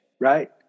right